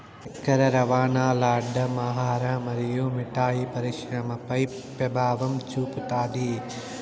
చక్కర రవాణాల్ల అడ్డం ఆహార మరియు మిఠాయి పరిశ్రమపై పెభావం చూపుతాది